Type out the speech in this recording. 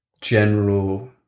general